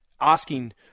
asking